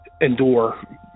endure